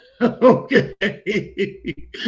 Okay